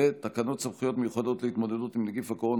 תקנות סמכויות מיוחדות להתמודדות עם נגיף הקורונה